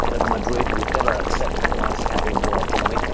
that madrid would never accept catalans having more autonomy,